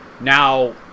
Now